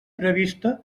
prevista